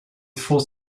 falls